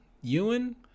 Ewan